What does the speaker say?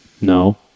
no